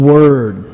Word